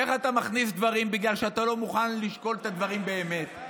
איך אתה מכניס דברים בגלל שאתה לא מוכן לשקול את הדברים באמת.